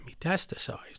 metastasized